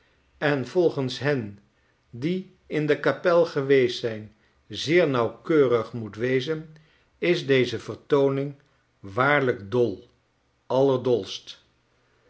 en volgens hen die in de kapel geweest zijn zeer nauwkeurig moet wezen is deze vertooning waarlijk dol allerdolst